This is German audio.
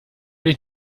dich